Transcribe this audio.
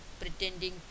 pretending